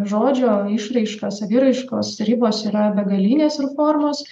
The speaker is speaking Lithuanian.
žodžio išraiška saviraiškos ribos yra begalinės ir formos